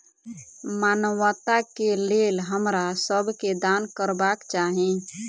मानवता के लेल हमरा सब के दान करबाक चाही